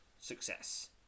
success